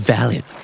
Valid